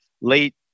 late